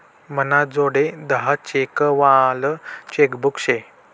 मनाजोडे दहा चेक वालं चेकबुक शे